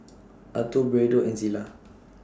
Alto Braydon and Zillah